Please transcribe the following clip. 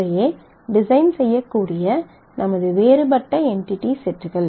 இவையே டிசைன் செய்யக்கூடிய நமது வேறுபட்ட என்டிடி செட்கள்